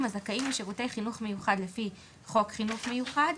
הזכאים לשירותי חינוך מיוחד לפי חוק חינוך מיוחד,